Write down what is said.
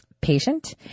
patient